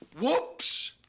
Whoops